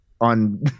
on